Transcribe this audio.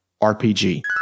RPG